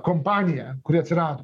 kompanija kuri atsirado